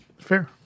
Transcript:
fair